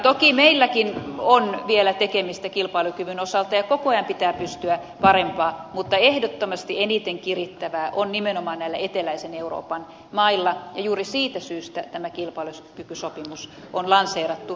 toki meilläkin on vielä tekemistä kilpailukyvyn osalta ja koko ajan pitää pystyä parempaan mutta ehdottomasti eniten kirittävää on nimenomaan näillä eteläisen euroopan mailla ja juuri siitä syystä tämä kilpailukykysopimus on lanseerattu